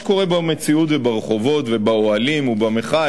למה שקורה במציאות וברחובות ובאוהלים ובמחאה.